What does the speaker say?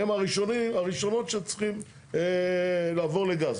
הם הראשונים שצריכים לעבור לגז.